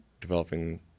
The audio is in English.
developing